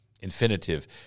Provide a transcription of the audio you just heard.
infinitive